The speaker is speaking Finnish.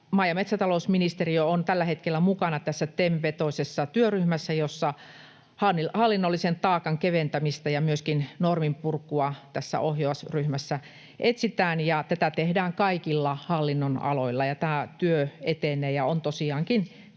Maa- ja metsätalousministeriö on tällä hetkellä mukana tässä TEM-vetoisessa työryhmässä, jossa hallinnollisen taakan keventämistä ja myöskin norminpurkua etsitään. Tätä tehdään kaikilla hallinnonaloilla, ja tämä työ etenee ja on tosiaankin